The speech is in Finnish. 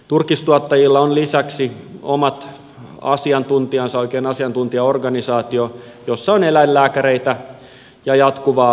turkistuottajilla on lisäksi omat asiantuntijansa oikein asiantuntijaorganisaatio jossa on eläinlääkäreitä ja jatkuvaa tutkimustoimintaa